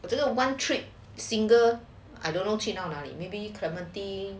我这个 one trip single I don't know 去那里 maybe clementi